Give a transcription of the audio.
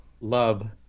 Love